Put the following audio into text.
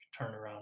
turnaround